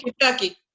Kentucky